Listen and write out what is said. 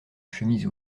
chemise